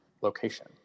location